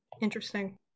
interesting